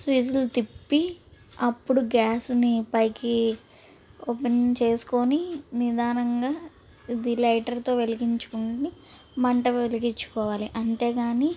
స్విచ్చులు తిప్పి అప్పుడు గ్యాస్ని పైకి ఓపెనింగ్ చేసుకొని నిదానంగా ఇది లైటర్తో వెలిగించుకుని మంట వెలిగించుకోవాలి అంతే కానీ